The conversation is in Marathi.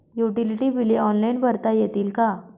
युटिलिटी बिले ऑनलाईन भरता येतील का?